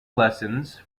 lessons